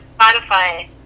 Spotify